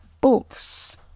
books